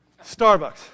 Starbucks